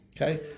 Okay